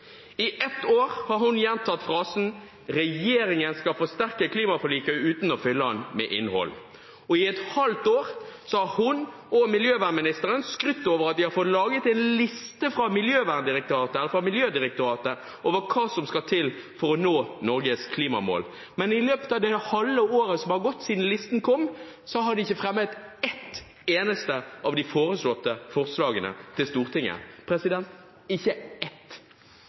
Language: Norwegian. I ett år har hun gjentatt frasen om at regjeringen skal forsterke klimaforliket, uten å fylle den med innhold. I et halvt år har hun og miljøvernministeren skrytt av at de har fått laget en liste hos Miljødirektoratet over hva som skal til for å nå Norges klimamål. Men i løpet av det halve året som har gått siden listen kom, har de ikke fremmet ett eneste av de foreslåtte forslagene for Stortinget – ikke ett.